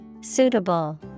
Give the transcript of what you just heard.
Suitable